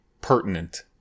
pertinent